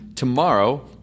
Tomorrow